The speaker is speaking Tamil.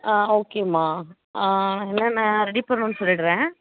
ஆ ஓகேம்மா என்னென்ன ரெடி பண்ணுன்னு சொல்லிவிட்றேன்